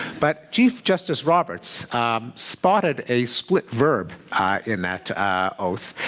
but chief justice roberts spotted a split verb in that ah oath,